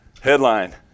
headline